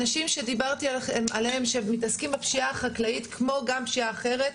האנשים שדיברתי עליהם שמתעסקים בפשיעה החקלאית כמו גם פשיעה אחרת,